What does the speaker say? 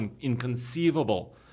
inconceivable